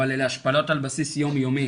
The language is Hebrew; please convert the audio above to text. אבל אלו השפלות על בסיס יום יומי.